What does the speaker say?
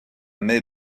mets